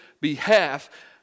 behalf